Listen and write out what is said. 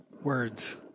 words